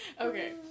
Okay